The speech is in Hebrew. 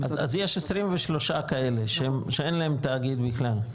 אז יש 23 שאין להם תאגיד מים בכלל.